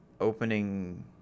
opening